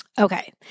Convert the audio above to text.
Okay